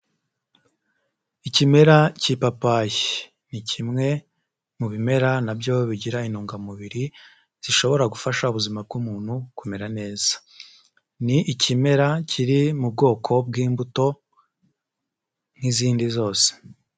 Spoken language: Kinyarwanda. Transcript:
Ikimera cy'ipapayi ni kimwe mu bimera na byo bigira intungamubiri zishobora gufasha ubuzima bw'umuntu kumera neza, ni ikimera kiri mu bwoko bw'imbuto nk'izindi zose.